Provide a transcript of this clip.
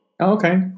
Okay